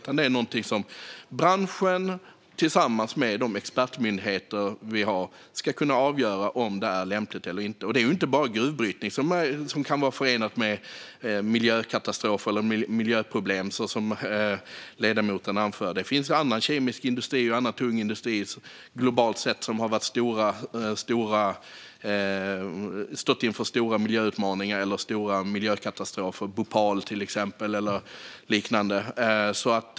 Jag tycker att branschen tillsammans med expertmyndigheterna ska kunna avgöra om det är lämpligt eller inte. Det är inte bara gruvbrytning som kan vara förenat med miljöproblem, så som ledamoten anförde. Globalt sett har kemisk industri och annan tung industri haft stora miljöutmaningar och katastrofer, till exempel i Bhopal.